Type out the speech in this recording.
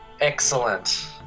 Excellent